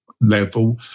level